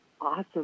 awesome